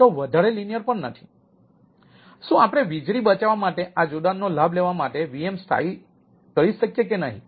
તેથી શું આપણે વીજળી બચાવવા માટે આ જોડાણનો લાભ લેવા માટે VM સ્થાપી શકીએ કે નહીં